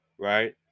right